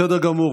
בסדר גמור.